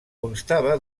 constava